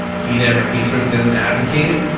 he never. he certainly doesn't advocate it,